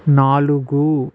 నాలుగు